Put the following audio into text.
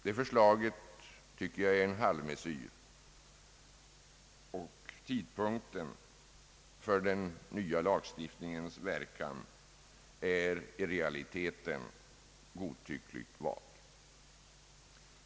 Det förslaget tycker jag är en halvmesyr, och tidpunkten för den nya lagstiftningens verkan är i realiteten godtyckligt vald.